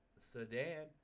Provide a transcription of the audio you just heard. sedan